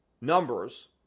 numbers